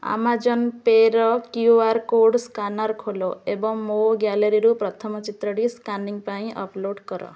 Amazon ପେର Q R code scanner ଖୋଲ ଏବଂ ମୋ ଗ୍ୟାଲେରୀରୁ ପ୍ରଥମ ଚିତ୍ରଟି ସ୍କାନିଂ ପାଇଁ ଅପ୍ଲୋଡ୍ କର